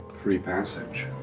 free passage.